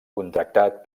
contractat